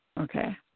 okay